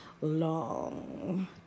long